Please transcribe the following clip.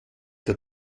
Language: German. der